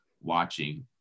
watching